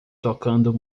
tocando